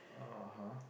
(uh huh)